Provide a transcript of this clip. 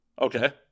Okay